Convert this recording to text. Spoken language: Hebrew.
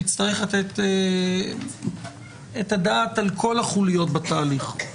נצטרך לתת את הדעת על כל החוליות בתהליך.